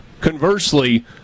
conversely